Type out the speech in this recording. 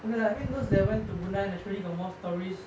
mm ya I mean those that went to brunei naturally got more stories